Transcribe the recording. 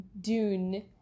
Dune